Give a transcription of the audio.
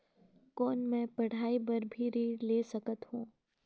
कौन मै पढ़ाई बर भी ऋण ले सकत हो?